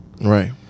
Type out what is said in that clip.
Right